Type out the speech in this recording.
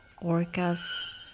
Orca's